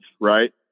right